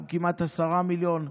אנחנו כמעט עשרה מיליון,